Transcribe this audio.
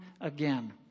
again